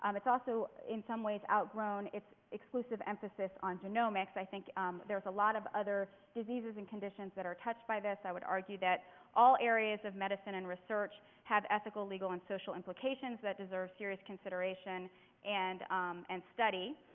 it's also in some ways outgrown its exclusive emphasis on genomics. i think there's a lot of other diseases and conditions that are touched by this. i would argue that all areas of medicine and research have ethical, legal and social implications that deserve serious consideration and and study.